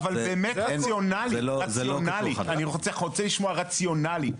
אני רוצה לשמוע רציונלית.